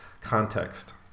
context